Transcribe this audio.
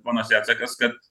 ponas jacekas kad